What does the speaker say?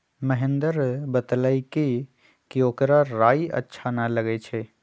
महेंदर बतलकई कि ओकरा राइ अच्छा न लगई छई